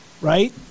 Right